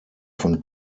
von